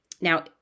now